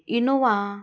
Innova